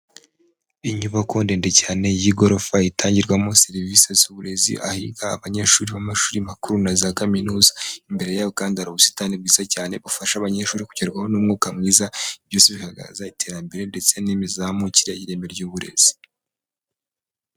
Inyubako ndende cyane y'igorofa itangirwamo serivisi z'uburezi ahiga abanyeshuri b'amashuri makuru na za kaminuza, imbere yaho kandi hari ubusitani bwiza cyane bufasha abanyeshuri kugerwaho n'umwuka mwiza byose bigaragaza iterambere ndetse n'imizamukire y'ireme ry'uburezi.